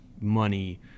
money